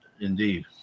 indeed